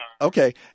Okay